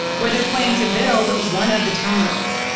where they're planning to build one of the terminals.